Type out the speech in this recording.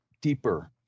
deeper